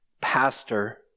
pastor